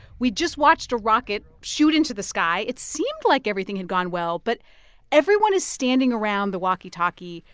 we just watched a rocket shoot into the sky. it seemed like everything had gone well. but everyone is standing around the walkie-talkie,